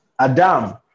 Adam